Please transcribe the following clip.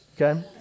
okay